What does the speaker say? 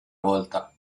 volta